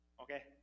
Okay